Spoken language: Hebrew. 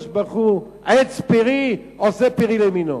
"עץ פרי עשה פרי למינו".